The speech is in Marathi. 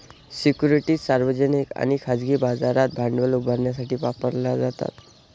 सिक्युरिटीज सार्वजनिक आणि खाजगी बाजारात भांडवल उभारण्यासाठी वापरल्या जातात